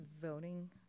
voting